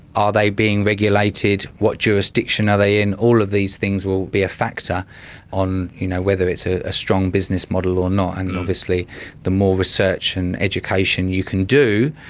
are they being regulated, what jurisdiction are they in, all of these things will be a factor on you know whether it's ah a strong business model or not, and obviously the more research and education you can do,